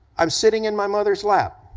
i'm sitting in my mother's lap,